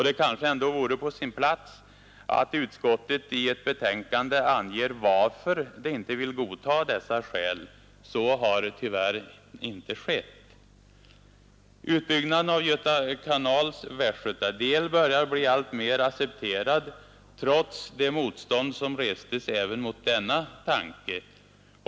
Det kanske ändå vore på sin plats att utskottet i sitt betänkande anger varför det inte vill godta dessa skäl! Så har tyvärr inte skett. Utbyggnaden av Göta kanals västgötadel börjar bli allt mer accepterad trots det motstånd som restes även mot denna tanke.